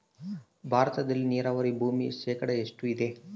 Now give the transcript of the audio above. ಭಾರತದಲ್ಲಿ ನೇರಾವರಿ ಭೂಮಿ ಶೇಕಡ ಎಷ್ಟು ಇದೆ?